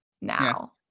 now